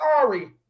sorry